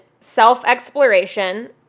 self-exploration